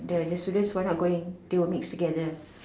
the the students who are not going they will mix together